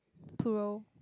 to row